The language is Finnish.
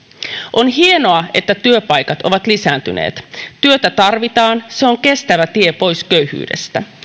on hienoa että työpaikat ovat lisääntyneet työtä tarvitaan se on kestävä tie pois köyhyydestä